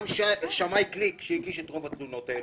גם שמאי גליק שהגיש את רוב התלונות האלה,